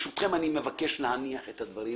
ברשותכם, אני מבקש להניח את הדברים